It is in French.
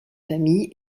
famille